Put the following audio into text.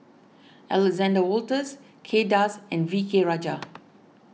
Alexander Wolters Kay Das and V K Rajah